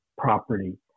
Property